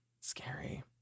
scary